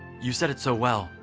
you said it so well!